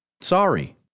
Sorry